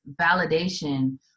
validation